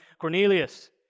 Cornelius